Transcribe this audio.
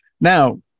Now